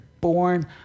born